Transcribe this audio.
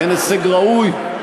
הן הישג ראוי?